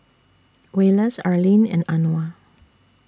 Wallace Arleen and Anwar